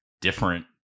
different